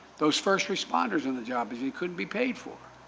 those first responders on the job because they can be paid for.